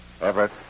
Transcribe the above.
Everett